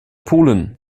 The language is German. pulen